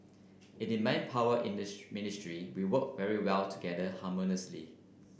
in the Manpower in this Ministry we work very well together harmoniously